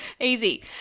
Easy